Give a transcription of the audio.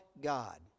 God